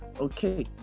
okay